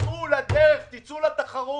תצאו לדרך, תצאו לתחרות.